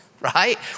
right